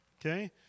Okay